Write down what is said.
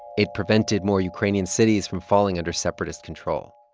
it prevented more ukrainian cities from falling under separatist control.